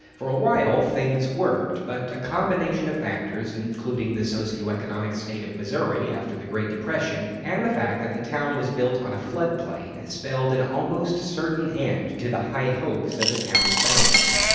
for a while things worked, but a combination of factors, including the socioeconomic state of missouri after the great depression, and the fact that the town was built on a flood plain spelled an almost certain end to the high hopes of the town's founders.